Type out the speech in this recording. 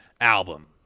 album